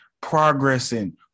Progressing